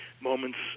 moments